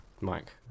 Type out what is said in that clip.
Mike